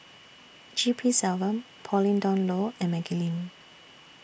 G P Selvam Pauline Dawn Loh and Maggie Lim